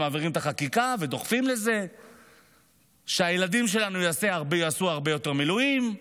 מעבירים את החקיקה ודוחפים לזה שהילדים שלנו יעשו הרבה יותר מילואים,